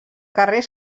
carrer